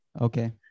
Okay